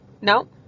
No